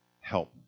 help